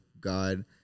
God